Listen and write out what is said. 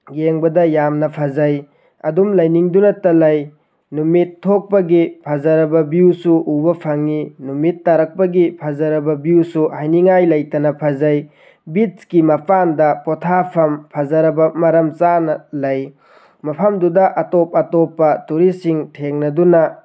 ꯌꯦꯡꯕꯗ ꯌꯥꯝꯅ ꯐꯖꯩ ꯑꯗꯨꯝ ꯂꯩꯅꯤꯡꯗꯨꯅꯠꯇ ꯂꯩ ꯅꯨꯃꯤꯠ ꯊꯣꯛꯄꯒꯤ ꯐꯖꯔꯕ ꯚ꯭ꯌꯨꯁꯨ ꯎꯕ ꯐꯪꯉꯤ ꯅꯨꯃꯤꯠ ꯇꯥꯔꯛꯄꯒꯤ ꯐꯖꯔꯕ ꯚ꯭ꯌꯨꯁꯨ ꯍꯥꯏꯅꯤꯡꯉꯥꯏ ꯂꯩꯇꯅ ꯐꯖꯩ ꯕꯤꯠꯁꯀꯤ ꯃꯄꯥꯟꯗ ꯄꯣꯊꯥꯐꯝ ꯐꯖꯔꯕ ꯃꯔꯝ ꯆꯥꯅ ꯂꯩ ꯃꯐꯝꯗꯨꯗ ꯑꯇꯣꯞ ꯑꯇꯣꯞꯄ ꯇꯨꯔꯤꯁꯁꯤꯡ ꯊꯦꯡꯅꯗꯨꯅ